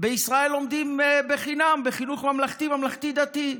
בישראל לומדים חינם בחינוך ממלכתי וממלכתי-דתי.